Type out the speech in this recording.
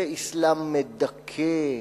באסלאם מדכא,